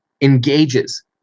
engages